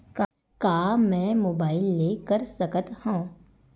का मै मोबाइल ले कर सकत हव?